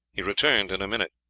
he returned in a minute.